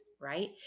right